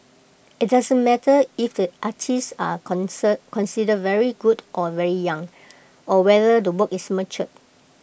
IT doesn't matter if the artists are concern considered very good or very young or whether the work is mature